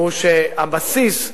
הוא שהבסיס,